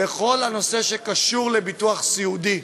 בכל הנושא שקשור לביטוח סיעודי,